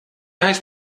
heißt